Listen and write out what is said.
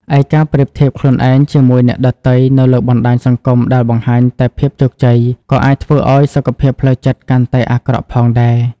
ឯការប្រៀបធៀបខ្លួនឯងជាមួយអ្នកដទៃនៅលើបណ្តាញសង្គមដែលបង្ហាញតែភាពជោគជ័យ ក៏អាចធ្វើឱ្យសុខភាពផ្លូវចិត្តកាន់តែអាក្រក់ផងដែរ។